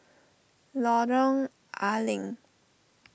Lorong Ah Leng